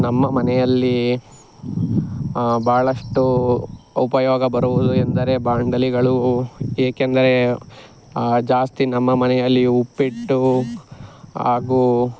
ನಮ್ಮ ಮನೆಯಲ್ಲಿ ಬಹಳಷ್ಟು ಉಪಯೋಗ ಬರುವುದುಯೆಂದರೆ ಬಾಂಡಲೆಗಳು ಏಕೆಂದರೆ ಜಾಸ್ತಿ ನಮ್ಮ ಮನೆಯಲ್ಲಿ ಉಪ್ಪಿಟ್ಟು ಹಾಗೂ